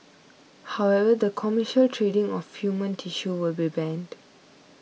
however the commercial trading of human tissue will be banned